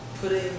putting